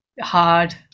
hard